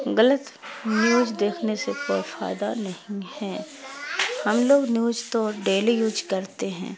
غلط نیوج دیکھنے سے کوئی فائدہ نہیں ہیں ہم لوگ نیوج تو ڈیلی یوج کرتے ہیں